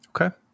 Okay